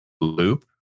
loop